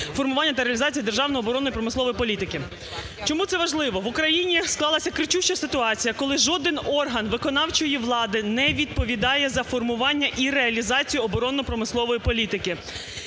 формування та реалізація державної оборонно-промислової політики". Чому це важливо? В Україні склалася кричуща ситуація, коли жоден орган виконавчої влади не відповідає за формування і реалізацію оборонно-промислової політики.